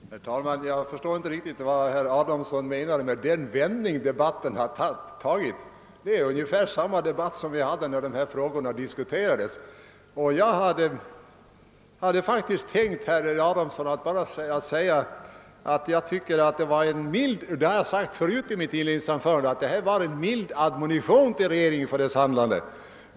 Herr talman! Jag förstår inte riktigt vad herr Adamsson menar med »den vändning debatten har tagit». Vi har här fört ungefär samma debatt som när propositionerna behandlades i höstas. Som jag sade i mitt inledningsanförande tycker jag att oppositionens uttalande är en mild admonition till regeringen.